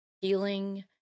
healing